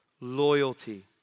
loyalty